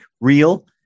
real